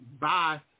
Bye